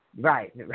Right